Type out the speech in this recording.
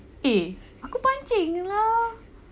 eh aku pancing lah